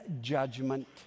judgment